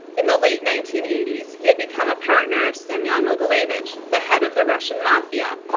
in the late nineteen eighty s, he had become a partner of semion mogilevich, the head of the russian mafia,